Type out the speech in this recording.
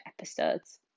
episodes